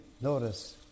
notice